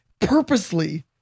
purposely